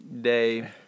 day